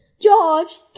George